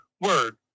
word